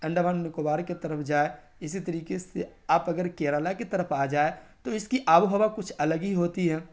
انڈومان نکوبار کے طرف جائیں اسی طریقے سے آپ اگر کیرلا کی طرف آ جائیں تو اس کی آب و ہوا کچھ الگ ہی ہوتی ہے